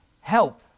help